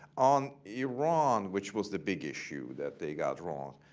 on iran, which was the big issue that they got wrong,